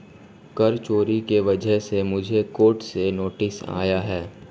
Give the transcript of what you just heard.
कर चोरी की वजह से मुझे कोर्ट से नोटिस आया है